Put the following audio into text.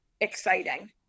exciting